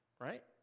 Right